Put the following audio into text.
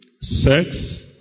sex